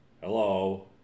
Hello